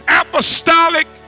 apostolic